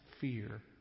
fear